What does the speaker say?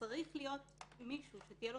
צריך להיות מישהו שתהיה לו